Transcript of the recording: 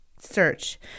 Search